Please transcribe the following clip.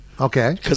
Okay